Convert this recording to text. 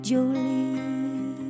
Jolie